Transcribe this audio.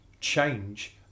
change